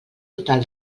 total